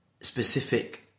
specific